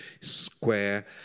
square